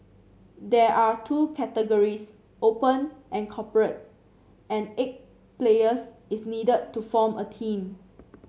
there are two categories Open and Corporate and eight players is needed to form a team